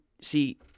see